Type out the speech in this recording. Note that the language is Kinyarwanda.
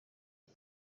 iyi